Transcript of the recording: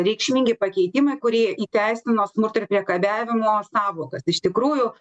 reikšmingi pakeitimai kurie įteisino smurto ir priekabiavimo sąvokas iš tikrųjų